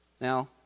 Now